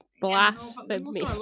Blasphemy